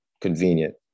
convenient